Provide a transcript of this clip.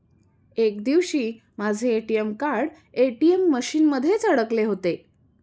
एक दिवशी माझे ए.टी.एम कार्ड ए.टी.एम मशीन मध्येच अडकले होते